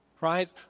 right